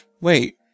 Wait